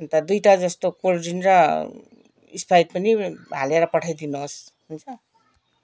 अन्त दुइवटा जस्तो कोल्ड ड्रिङ्क र स्प्राइट पनि हालेर पठाइदिनु होस् हुन्छ